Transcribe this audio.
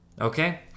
okay